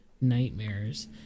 nightmares